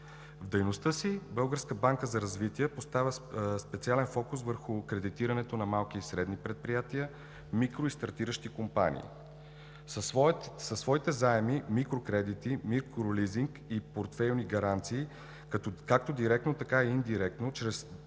си Българската банка за развитие поставя специален фокус върху кредитирането на малки и средни предприятия, микро- и стартиращи компании. Със своите заеми, микрокредити, микролизинг и портфейлни гаранции – както директно, така и индиректно, чрез дъщерните